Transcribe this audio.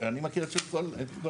אני מכיר את של כל --- לא,